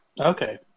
Okay